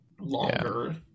longer